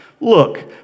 look